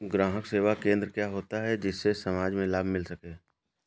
ग्राहक सेवा केंद्र क्या होता है जिससे समाज में लाभ मिल सके?